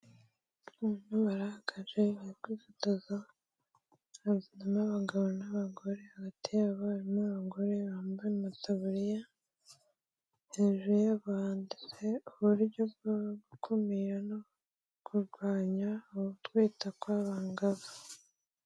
Umuntu bara akaja bari kwifotoza inyuma hari abagabo n'abagore, hagatite ye abana n'abagore bambaye amataburiya hejuru, abandi baje mu buryo bwo gukumira no kurwanya gutwita kw'abangavu.